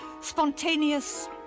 spontaneous